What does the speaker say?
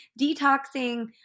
detoxing